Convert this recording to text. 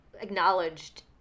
acknowledged